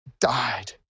died